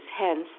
Hence